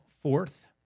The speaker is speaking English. fourth